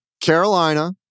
Carolina